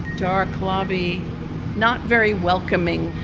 dark lobby not very welcoming